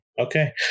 Okay